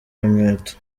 inkweto